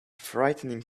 frightening